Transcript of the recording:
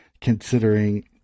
considering